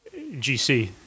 GC